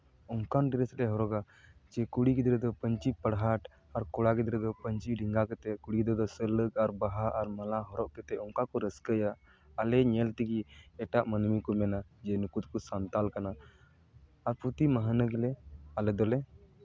ᱚᱱᱠᱟᱱ ᱰᱨᱮᱥ ᱞᱮ ᱦᱚᱨᱚᱜᱟ ᱡᱮ ᱠᱩᱲᱤ ᱜᱤᱫᱽᱨᱟᱹ ᱫᱚ ᱯᱟᱹᱧᱪᱤ ᱯᱟᱲᱦᱟᱴ ᱟᱨ ᱠᱚᱲᱟ ᱜᱤᱫᱽᱨᱟᱹ ᱫᱚ ᱯᱟᱹᱧᱪᱤ ᱰᱮᱝᱜᱟ ᱠᱟᱛᱮᱜ ᱠᱩᱲᱤ ᱜᱤᱫᱽᱨᱟᱹ ᱫᱚ ᱥᱩᱞᱟᱹᱠ ᱟᱨ ᱵᱟᱦᱟ ᱟᱨ ᱢᱟᱞᱟ ᱦᱚᱨᱚᱜ ᱠᱟᱛᱮᱫ ᱚᱱᱠᱟ ᱠᱚ ᱨᱟᱹᱥᱠᱟᱹᱭᱟ ᱟᱞᱮ ᱧᱮᱞ ᱛᱮᱜᱮ ᱮᱴᱟᱜ ᱢᱟᱹᱱᱢᱤ ᱠᱚ ᱢᱮᱱᱟ ᱱᱩᱠᱩ ᱫᱚᱠᱚ ᱥᱟᱱᱛᱟᱞ ᱠᱟᱱᱟ ᱟᱨ ᱯᱨᱚᱛᱤ ᱢᱟᱦᱱᱟᱹ ᱜᱮᱞᱮ ᱟᱞᱮ ᱫᱚᱞᱮ